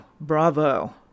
Bravo